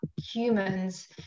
humans